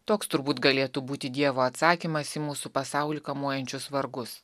toks turbūt galėtų būti dievo atsakymas į mūsų pasaulį kamuojančius vargus